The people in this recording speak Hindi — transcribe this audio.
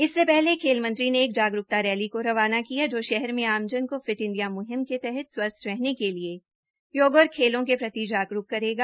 इससे पहले खेल मंत्री ने एक जागरूकता रैली को रवाना किया जो शहर में आमजन को फिट इंडिया मुहिम के तहत स्वस्थ रहने के लिए योग और खेलों के प्रति जागरूक करेगा